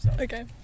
Okay